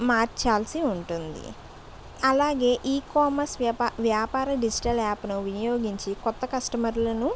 మార్చాల్సి ఉంటుంది అలాగే ఈకామర్స్ వ్యాప వ్యాపార డిజిటల్ యాప్ ను వినియోగించి కొత్త కస్టమర్ లను